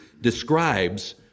describes